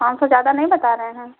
पाँच सौ ज़्यादा नहीं बता रहे हैं